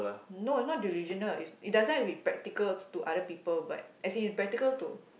no not delusional it it doesn't have to be practical to other people but as in it practical to